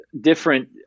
different